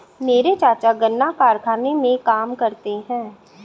मेरे चाचा गन्ना कारखाने में काम करते हैं